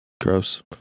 Gross